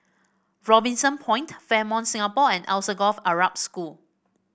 Robinson Point Fairmont Singapore and Alsagoff Arab School